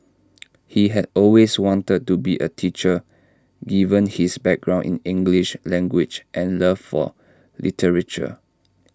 he had always wanted to be A teacher given his background in English language and love for literature